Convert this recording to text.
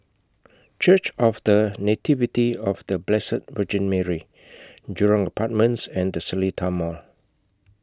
Church of The Nativity of The Blessed Virgin Mary Jurong Apartments and The Seletar Mall